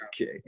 Okay